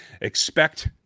Expect